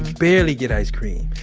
rarely get ice cream.